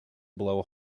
blow